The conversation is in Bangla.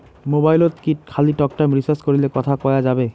মোবাইলত কি খালি টকটাইম রিচার্জ করিলে কথা কয়া যাবে?